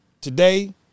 today